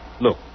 Look